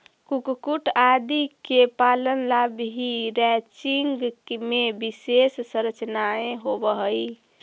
कुक्कुट आदि के पालन ला भी रैंचिंग में विशेष संरचनाएं होवअ हई